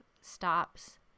stops